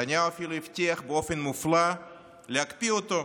נתניהו אפילו הבטיח באופן מופלא להקפיא אותו,